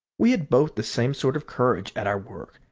we had both the same sort of courage at our work,